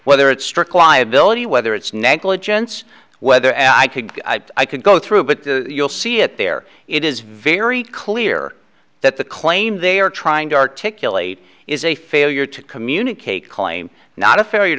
whether it's strict liability whether it's negligence whether i could i could go through but you'll see it there it is very clear that the claim they are trying to articulate is a failure to communicate claim not a